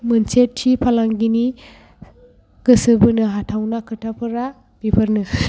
मोनसे थि फालांगिनि गोसो बोनो हाथावना खोथाफोरा बेफोरनो